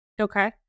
Okay